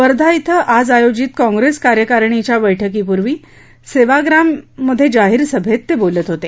वर्धा इथं आज आयोजित काँप्रेस कार्यकारिणीच्या बैठकीपूर्वी सेवाग्राम मध्ये जाहीर सभेत ते बोलत होते